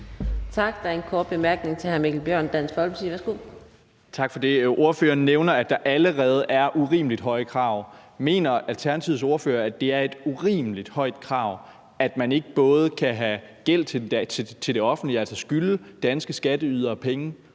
Tak. Der er en kort bemærkning fra hr. Mikkel Bjørn, Dansk Folkeparti. Værsgo. Kl. 17:38 Mikkel Bjørn (DF): Tak for det. Ordføreren nævner, at der allerede er urimelig høje krav. Mener Alternativets ordfører, at det er et urimelig højt krav, at man ikke både kan have gæld til det offentlige, altså skylde danske skatteydere penge,